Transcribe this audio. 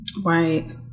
Right